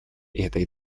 этой